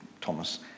Thomas